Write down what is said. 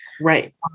right